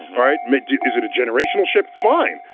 alright? is it a generational ship? fine,